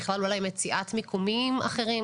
בכלל אולי מציאות מיקומים אחרים.